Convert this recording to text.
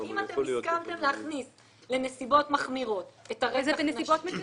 אם אתם הסכמתם להכניס לנסיבות מחמירות את הרצח --- זה בנסיבות מקילות.